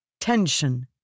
Tension